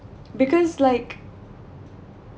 because like